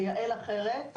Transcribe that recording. זה יעל אחרת,